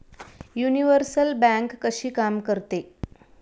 Universal bank कशी काम करते?